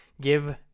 give